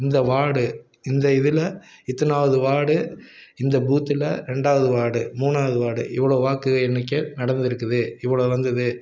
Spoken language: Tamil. இந்த வார்டு இந்த இதில் இத்தனாவது வார்டு இந்த பூத்தில் ரெண்டாவது வார்டு மூணாவது வார்டு இவ்வளோ வாக்குகள் எண்ணிக்கை நடந்திருக்குது இவ்வளோ வந்தது